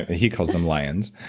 ah he calls them lions.